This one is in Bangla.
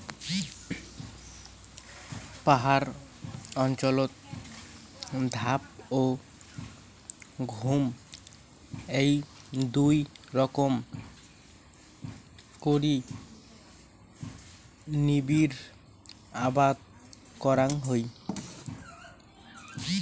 পাহাড় অঞ্চলত ধাপ ও ঝুম এ্যাই দুই রকম করি নিবিড় আবাদ করাং হই